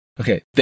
Okay